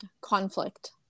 conflict